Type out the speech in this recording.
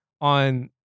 on